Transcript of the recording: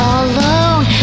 alone